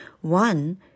One